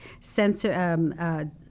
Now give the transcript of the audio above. sensor